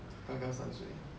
刚刚上学